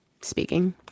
Speaking